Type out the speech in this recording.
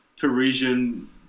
Parisian